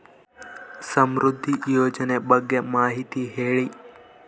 ಸಮೃದ್ಧಿ ಯೋಜನೆ ಬಗ್ಗೆ ಮಾಹಿತಿ ಹೇಳಿ?